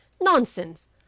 Nonsense